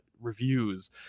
reviews